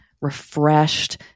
refreshed